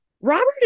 Robert